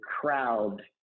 crowd